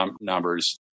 numbers